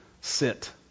sit